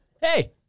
Hey